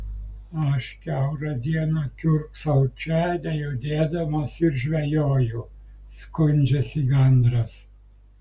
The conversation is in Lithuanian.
aš kiaurą dieną kiurksau čia nejudėdamas ir žvejoju skundžiasi gandras